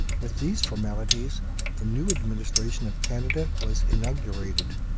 with these formalities the new administration of canada was inaugurated.